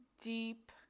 deep